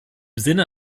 sinne